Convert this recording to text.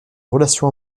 relations